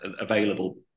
available